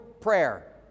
prayer